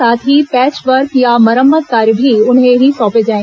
साथ ही patch work या मरम्मत कार्य भी उन्हें ही सौंपे जाए